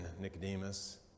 Nicodemus